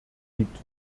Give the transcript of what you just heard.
liegt